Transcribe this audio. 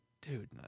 dude